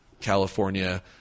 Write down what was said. california